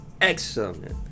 excellent